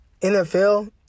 NFL